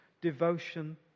devotion